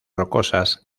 rocosas